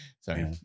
Sorry